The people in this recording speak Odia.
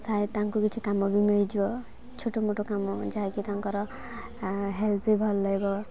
ସାୟ ତାଙ୍କୁ କିଛି କାମ ବି ମିଳିଯିବ ଛୋଟମୋଟ କାମ ଯାହାକି ତାଙ୍କର ହେଲ୍ପ୍ ବି ଭଲ ଲାଗିବ